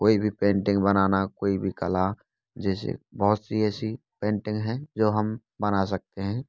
कोई भी पेंटिंग बनाना कोई भी कला जैसे बहुत सी ऐसी पेंटिंग है जो हम बना सकते हैं